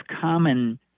common